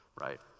right